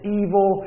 evil